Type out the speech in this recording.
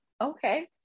Okay